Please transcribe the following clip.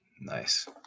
Nice